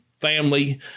family